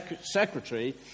secretary